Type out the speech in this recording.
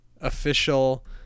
official